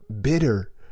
bitter